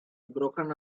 broken